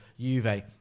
Juve